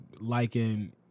liking